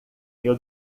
meu